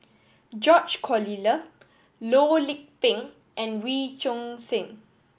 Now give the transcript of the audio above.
George Collyer Loh Lik Peng and Wee Choon Seng